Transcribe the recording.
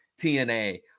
TNA